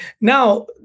Now